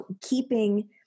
keeping